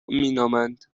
مینامد